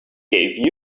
gave